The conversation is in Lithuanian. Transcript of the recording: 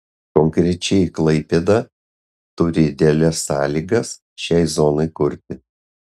konkrečiai klaipėda turi idealias sąlygas šiai zonai kurti